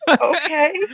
Okay